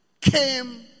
came